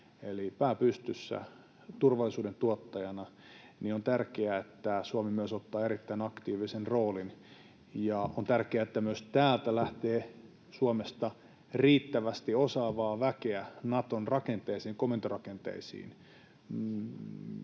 pää pystyssä turvallisuuden tuottajana, ja on tärkeää, että Suomi myös ottaa erittäin aktiivisen roolin, ja on tärkeää, että myös täältä Suomesta lähtee riittävästi osaavaa väkeä Naton rakenteeseen,